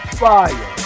fire